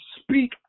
speak